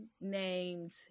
named